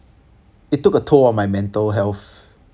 it took a toll on my mental health